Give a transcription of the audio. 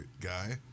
guy